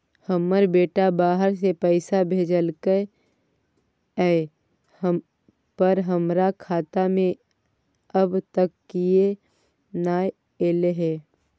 हमर बेटा बाहर से पैसा भेजलक एय पर हमरा खाता में अब तक किये नाय ऐल है?